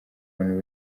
abantu